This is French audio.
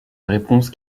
réponse